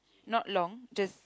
not long just